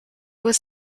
was